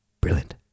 brilliant